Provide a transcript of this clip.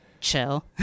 chill